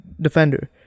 defender